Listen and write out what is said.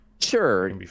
Sure